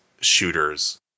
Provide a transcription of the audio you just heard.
shooters